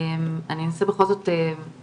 אני אנסה בכל זאת להתפקס.